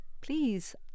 please